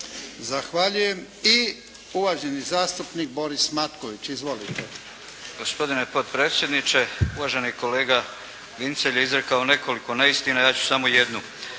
Zahvaljujem. I uvaženi zastupnik Boris Matković.